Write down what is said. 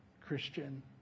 Christian